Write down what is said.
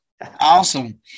Awesome